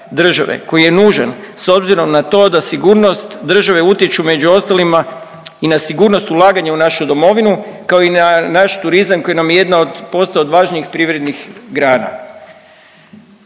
koji je nužan s obzirom na to da sigurnost države utječu među ostalima i na sigurnost ulaganja u našu domovinu, kao i na naš turizma koji nam je jedna od, postao od važnijih privrednih grana.